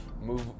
Move